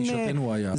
לגישתנו הוא היה.